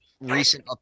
recent